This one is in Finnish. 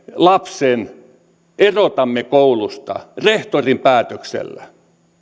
lapsen koulusta rehtorin päätöksellä